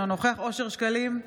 אינו נוכח אושר שקלים,